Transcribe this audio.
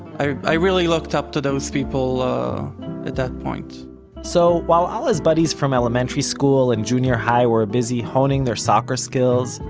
i really looked up to those people at that point so while all his buddies from elementary school and junior-high were busy honing their soccer skills,